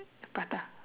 prata